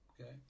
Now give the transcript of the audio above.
Okay